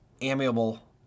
amiable